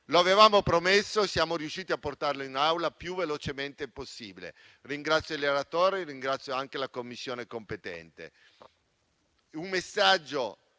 Lo avevamo promesso e siamo riusciti a portarlo in Aula il più velocemente possibile. Ringrazio il relatore e ringrazio anche la Commissione competente. È un messaggio